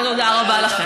ותודה רבה לכם.